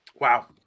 Wow